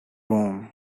room